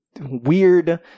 weird